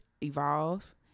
evolve